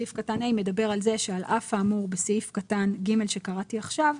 מדבר על כך ש"על אף האמור בסעיף קטן (ג)" שקראתי עכשיו,